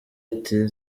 iti